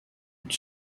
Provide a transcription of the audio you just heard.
une